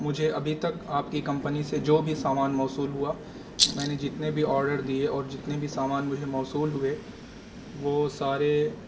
مجھے ابھی تک آپ کی کمپنی سے جو بھی سامان موصول ہوا میں نے جتنے بھی آڈر دیے اور جتنے بھی سامان مجھے موصول ہوئے وہ سارے